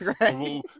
Right